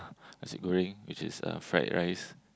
nasi-goreng which is uh fried rice